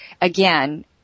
Again